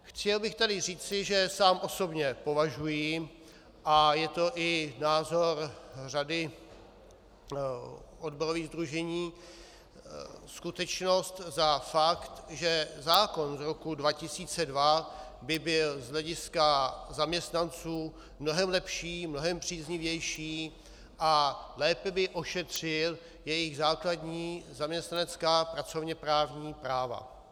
Chtěl bych tady říci, že sám osobně považuji, a je to i názor řady odborových sdružení, skutečnost za fakt, že zákon z roku 2002 by byl z hlediska zaměstnanců mnohem lepší, mnohem příznivější a lépe by ošetřil jejich základní zaměstnanecká pracovněprávní práva.